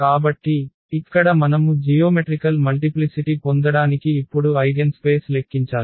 కాబట్టి ఇక్కడ మనము జియోమెట్రికల్ మల్టిప్లిసిటి పొందడానికి ఇప్పుడు ఐగెన్ స్పేస్ లెక్కించాలి